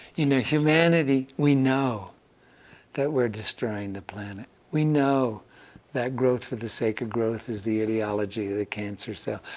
in the humanity, we know that we're destroying the planet. we know that growth for the sake of growth is the etiology of a cancer cell.